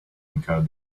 encode